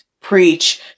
preach